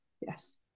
Yes